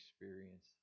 experience